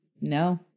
no